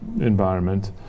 environment